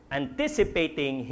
anticipating